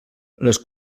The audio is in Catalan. les